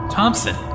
Thompson